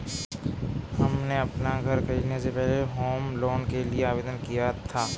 हमने हमारा घर खरीदने से पहले होम लोन के लिए आवेदन किया था